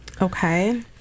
okay